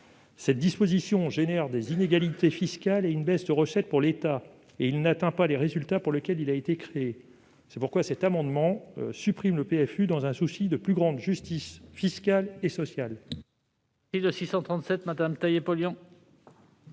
Ce dispositif entraîne des inégalités fiscales, une baisse de recettes pour l'État, et il n'atteint pas les résultats pour lesquels il a été créé. C'est pourquoi nous souhaitons supprimer le PFU, dans un souci de plus grande justice fiscale et sociale.